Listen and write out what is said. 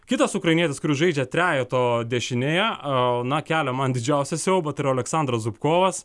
kitas ukrainietis kuris žaidžia trejeto dešinėje na kelia man didžiausią siaubą tai yra aleksandras zupkovas